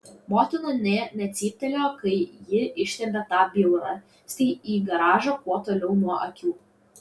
motina nė necyptelėjo kai ji ištempė tą bjaurastį į garažą kuo toliau nuo akių